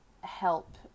help